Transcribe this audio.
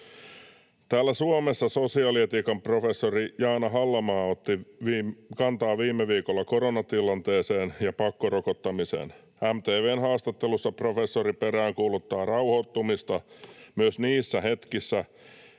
Täällä Suomessa sosiaalietiikan professori Jaana Hallamaa otti kantaa viime viikolla koronatilanteeseen ja pakkorokottamiseen. MTV:n haastattelussa professori peräänkuuluttaa rauhoittumista myös niissä hetkissä,